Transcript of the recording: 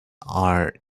are